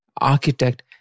architect